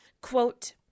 Quote